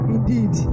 Indeed